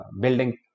building